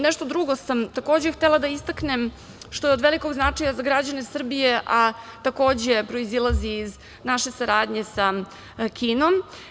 Nešto drugo sam takođe htela da istaknem, što je od velikog značaja za građane Srbije, a takođe proizilazi iz naše saradnje sa Kinom.